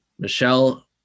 Michelle